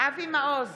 אבי מעוז,